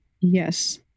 Yes